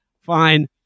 fine